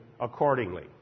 accordingly